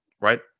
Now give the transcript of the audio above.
right